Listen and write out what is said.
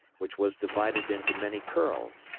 which was divided into many curls.